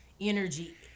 energy